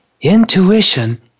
intuition